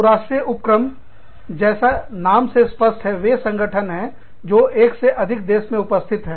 बहुराष्ट्रीय उपक्रम जैसा नाम से स्पष्ट है वे संगठन है जो एक से अधिक देश में उपस्थित है